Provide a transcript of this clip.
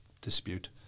dispute